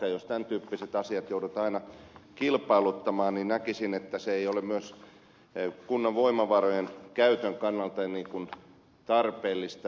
jos tämän tyyppiset asiat joudutaan aina kilpailuttamaan niin näkisin että se ei ole myöskään kunnan voimavarojen käytön kannalta tarpeellista